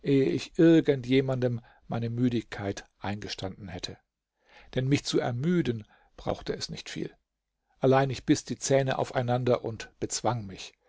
ich irgend jemandem meine müdigkeit eingestanden hätte denn mich zu ermüden brauchte es nicht viel allein ich biß die zähne aufeinander und bezwang mich